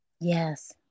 yes